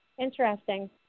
Interesting